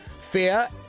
fear